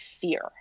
fear